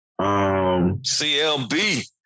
CLB